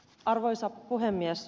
arvoisa puhemies